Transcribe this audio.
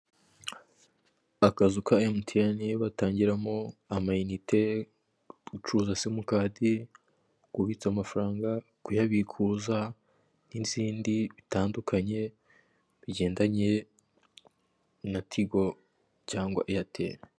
Akazu ka emutiyene batangiramo amayinite, gucuruza simukadi, kubitsa amafaranga, kuyabikuza n'ibindi bitandukanye bigendanye na tigo cyanga eyateri.